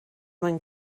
mwyn